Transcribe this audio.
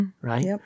right